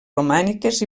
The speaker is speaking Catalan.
romàniques